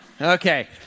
okay